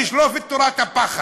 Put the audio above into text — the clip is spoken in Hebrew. נשלוף את תורת הפחד.